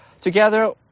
together